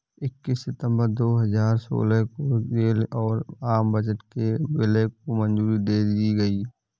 इक्कीस सितंबर दो हजार सोलह को रेल और आम बजट के विलय को मंजूरी दे दी गयी